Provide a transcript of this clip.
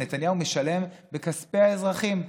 ונתניהו משלם בכספי האזרחים,